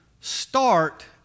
start